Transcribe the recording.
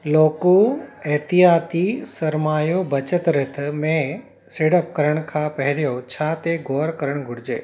लोकु एहतियाती सरमायो बचत रिथ में सीड़प करण खां पहिरियों छा ते ग़ौर करणु घुरिजे